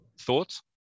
thoughts